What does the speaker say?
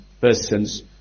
persons